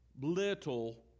little